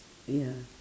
ya